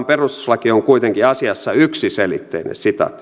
perustuslaki on kuitenkin asiassa yksiselitteinen